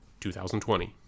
2020